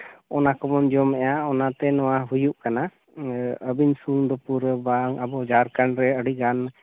ᱚᱱᱟ ᱠᱚᱵᱚᱱ ᱡᱚᱢ ᱮᱜᱼᱟ ᱚᱱᱟᱛᱮ ᱱᱚᱣᱟ ᱦᱩᱭᱩᱜ ᱠᱟᱱᱟ ᱟᱹᱵᱤᱱ ᱥᱩᱢᱩᱝ ᱫᱚ ᱯᱩᱨᱟᱹ ᱵᱟᱝ ᱟᱵᱚ ᱡᱷᱟᱲᱠᱷᱚᱸᱰ ᱨᱮ ᱟᱹᱰᱤᱜᱟᱱ